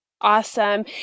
Awesome